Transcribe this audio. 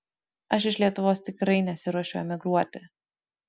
aš iš lietuvos tikrai nesiruošiu emigruoti